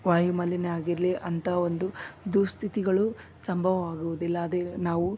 ವಾಯುಮಾಲಿನ್ಯ ಆಗಿರಾಲಿ ಅಂಥ ಒಂದು ದುಃಸ್ಥಿತಿಗಳು ಸಂಭವವಾಗುವುದಿಲ್ಲ ಅದೇ ನಾವು